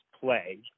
play